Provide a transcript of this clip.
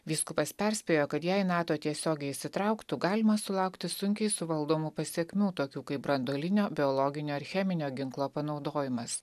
vyskupas perspėjo kad jei nato tiesiogiai įsitrauktų galima sulaukti sunkiai suvaldomų pasekmių tokių kaip branduolinio biologinio ar cheminio ginklo panaudojimas